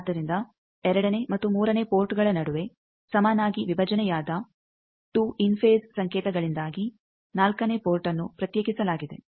ಆದ್ದರಿಂದ 2ನೇ ಮತ್ತು 3ನೇ ಪೋರ್ಟ್ಗಳ ನಡುವೆ ಸಮನಾಗಿ ವಿಭಜನೆಯಾದ 2 ಇನ್ ಫೇಜ್ ಸಂಕೇತಗಳಿಂದಾಗಿ 4ನೇ ಪೋರ್ಟ್ಅನ್ನು ಪ್ರತ್ಯೇಕಿಸಲಾಗಿದೆ